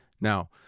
Now